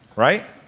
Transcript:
right?